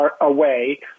away